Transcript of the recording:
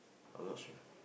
I wash with